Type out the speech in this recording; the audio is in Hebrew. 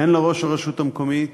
הן לראש הרשות המקומית